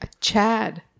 chad